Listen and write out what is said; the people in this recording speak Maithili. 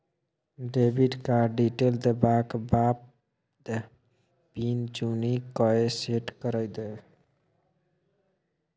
डेबिट कार्ड डिटेल देबाक बाद पिन चुनि कए सेट कए दियौ